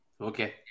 Okay